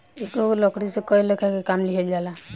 एकेगो लकड़ी से कई लेखा के काम लिहल जाला